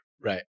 Right